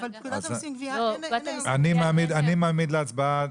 אני מעמיד להצבעה,